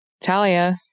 Talia